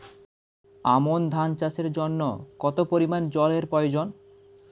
আমন ধান চাষের জন্য কত পরিমান জল এর প্রয়োজন?